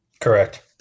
Correct